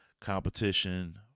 competition